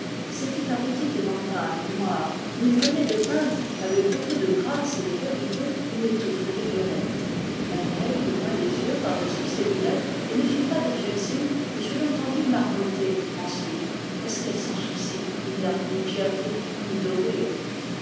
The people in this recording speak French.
c'était un petit éventail noir où il venait de peindre avec beaucoup de grâce et de vérité une touffe de violettes la vieille leva les yeux par-dessus ses lunettes et ne fit pas d'objections mais je l'entendis marmotter ensuite est-ce qu'elle s'en soucie il n'a ni pierreries ni dorures